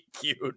cute